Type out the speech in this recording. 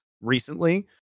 recently